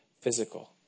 physical